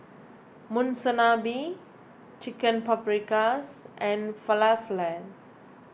Monsunabe Chicken Paprikas and Falafel